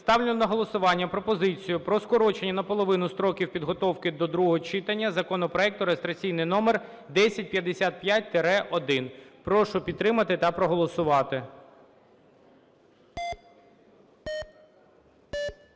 ставлю на голосування пропозицію про скорочення наполовину строків підготовки до другого читання законопроекту (реєстраційний номер 1055-1). Прошу підтримати та проголосувати.